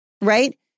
right